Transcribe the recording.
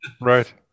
right